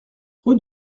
route